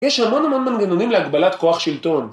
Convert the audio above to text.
יש המון המון מנגנונים להגבלת כוח שלטון.